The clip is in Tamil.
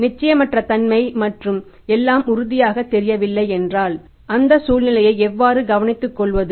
நிச்சயமற்ற தன்மை மற்றும் எல்லாம் உறுதியாக தெரியவில்லை என்றால் அந்த சூழ்நிலையை எவ்வாறு கவனித்துக்கொள்வது